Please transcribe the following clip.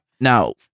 now